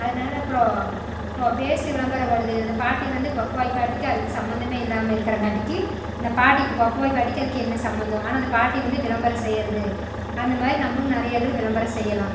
அதனால அப்புறோம் இப்போ பேஸ்ட்டு விளம்பரம் வருது அந்த பாட்டி வந்து பொக்கு வாய் பாட்டிக்கு அதுக்கு சம்மந்தம் இல்லாமல் இருக்கிறங்காட்டிக்கி அந்த பாட்டி பொக்கு வாய் பாட்டிக்கு அதுக்கு என்ன சம்மந்தம் ஆனால் அந்த பாட்டி வந்து விளம்பரம் செய்கிறது அந்த மாதிரி நம்மளும் நிறைய இதில் விளம்பரம் செய்யலாம்